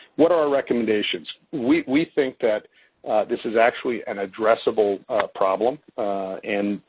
what are our recommendations? we we think that this is actually an addressable problem and,